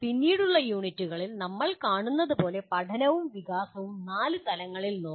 പിന്നീടുള്ള യൂണിറ്റുകളിൽ നമ്മൾ കാണുന്നതുപോലെ പഠനവും വികാസവും 4 തലങ്ങളിൽ നോക്കാം